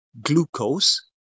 glucose